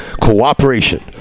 cooperation